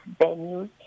venues